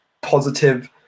positive